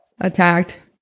attacked